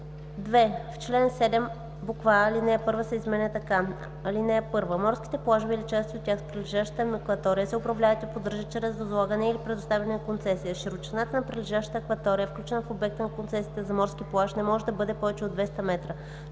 2. В чл. 7: а) алинея 1 се изменя така: „(1) Морските плажове или части от тях с прилежащата им акватория се управляват и поддържат чрез възлагане или предоставяне на концесия. Широчината на прилежащата акватория, включена в обекта на концесия за морски плаж, не може да бъде повече от 200 м.